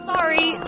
Sorry